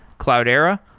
cloudera,